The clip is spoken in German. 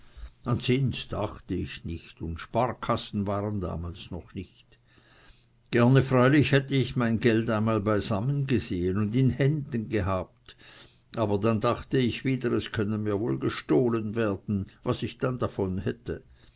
an zinse dachte ich nicht und sparkassen waren damals noch nicht gerne freilich hätte ich mein geld einmal beisammengesehen und in händen gehabt aber dann dachte ich wieder es könnte mir wohl gestohlen werden was ich dann davon hätte